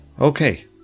Okay